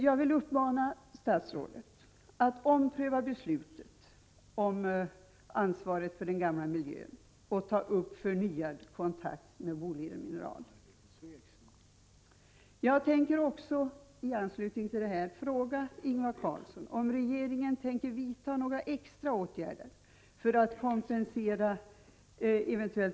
Jag vill uppmana statsrådet att ompröva beslutet om ansvaret för den gamla miljön och ta upp förnyad kontakt med Boliden Mineral.